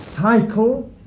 cycle